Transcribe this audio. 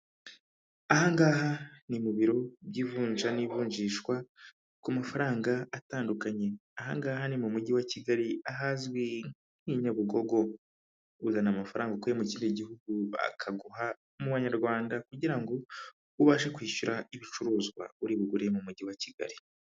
Aha ngaha ni mu biro by'ivunja n'ivunjishwa ku mafaranga atandukanye, aha ngaha ni mu mujyi wa Kigali ahazwi nk'i Nyabugogo, uzana amafaranga ukuye mu kindi gihugu bakaguha mu manyarwanda kugira ngo ubashe kwishyura ibicuruzwa uri bugure mu mujyi wa Kigali.